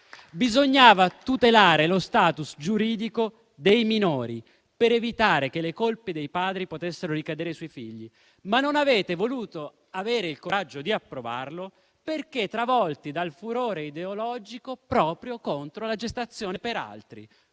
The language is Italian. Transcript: Bisognava tutelare lo *status* giuridico dei minori, per evitare che le colpe dei padri potessero ricadere sui figli, ma non avete voluto il coraggio di approvarlo perché travolti dal furore ideologico proprio contro la gestazione per altri,